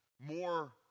more